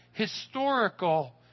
historical